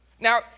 Now